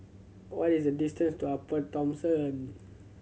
what is the distance to Upper Thomson